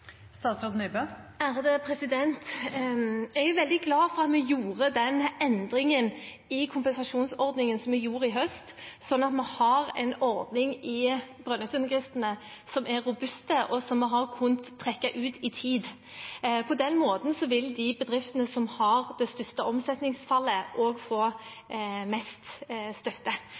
Jeg er veldig glad for at vi gjorde den endringen i kompensasjonsordningen som vi gjorde i høst, slik at vi har en ordning i Brønnøysundregistrene som er robust, og som vi har kunnet trekke ut i tid. På den måten vil de bedriftene som har det største omsetningsfallet, også få mest støtte.